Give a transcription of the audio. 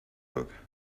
book